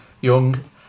young